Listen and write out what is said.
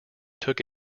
took